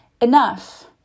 enough